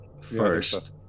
first